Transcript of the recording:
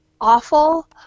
awful